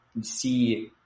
see